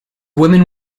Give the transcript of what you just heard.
women